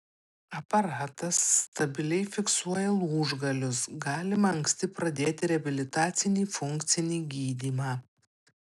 aparatas stabiliai fiksuoja lūžgalius galima anksti pradėti reabilitacinį funkcinį gydymą